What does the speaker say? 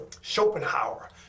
Schopenhauer